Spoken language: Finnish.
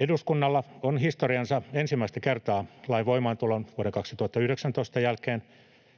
Eduskunnalla on historiansa ensimmäistä kertaa lain voimaantulon, vuoden 2019, jälkeen